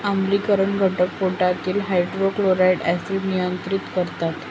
आम्लीकरण घटक पोटातील हायड्रोक्लोरिक ऍसिड नियंत्रित करतात